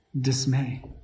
dismay